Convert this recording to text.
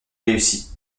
réussie